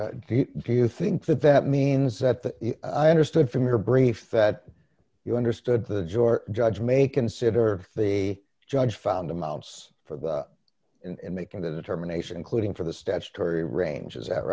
effect do you think that that means that the i understood from your brief that you understood the jor judge may consider the judge found amounts for the and making the determination including for the statutory ranges that